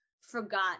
forgot